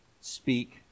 speak